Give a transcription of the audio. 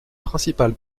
principal